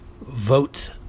votes